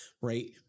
right